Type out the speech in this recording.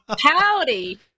Howdy